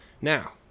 Now